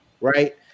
right